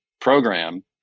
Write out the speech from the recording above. program